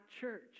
church